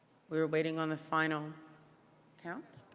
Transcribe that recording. we are waiting on the final count.